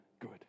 good